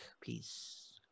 Peace